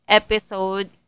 episode